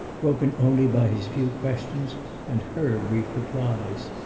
broken only by his few questions and her brief replies.